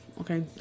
okay